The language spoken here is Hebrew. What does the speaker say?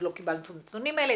עוד לא קיבלנו את הנתונים האלה.